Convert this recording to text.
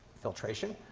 filtration.